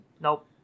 Nope